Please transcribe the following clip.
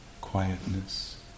quietness